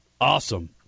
awesome